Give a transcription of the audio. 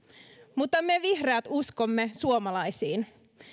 mutta me vihreät uskomme suomalaisiin